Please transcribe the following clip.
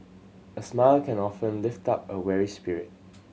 a smile can often lift up a weary spirit